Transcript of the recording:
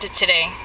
today